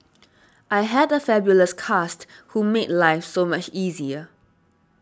I had a fabulous cast who made life so much easier